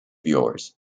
yours